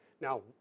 Now